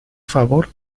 favor